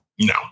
No